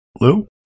Lou